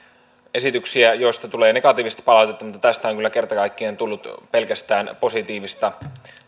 esityksiä joista tulee negatiivista palautetta mutta tästä on kyllä kerta kaikkiaan tullut pelkästään positiivista